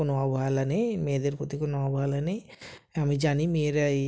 কোনো অবহেলা নেই মেয়েদের প্রতি কোনো অবহেলা নেই আমি জানি মেয়েরাই